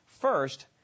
First